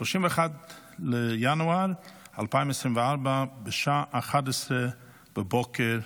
31 בינואר 2024, בשעה 11:00,